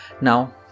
Now